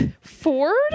Ford